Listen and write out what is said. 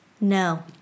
No